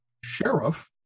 Sheriff